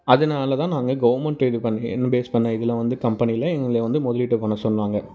அதனால தான் நாங்கள் கவுர்மெண்ட் இதுப்பண்ணி இன்வேஸ்ட் பண்ண இதுல வந்து கம்பெனியில எங்களை வந்து முதலீட்ட பண்ணச் சொன்னாங்க